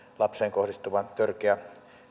lapseen kohdistuvan törkeän